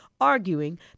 arguing